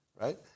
right